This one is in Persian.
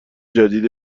جدید